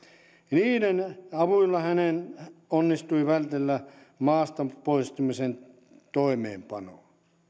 niiden avulla hänen onnistui vältellä maasta poistamisen toimeenpanoa